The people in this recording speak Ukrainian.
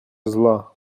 зла